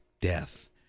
death